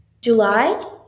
july